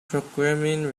programming